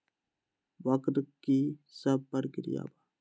वक्र कि शव प्रकिया वा?